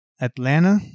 Atlanta